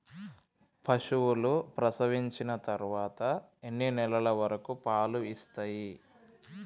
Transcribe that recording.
పశువులు ప్రసవించిన తర్వాత ఎన్ని నెలల వరకు పాలు ఇస్తాయి?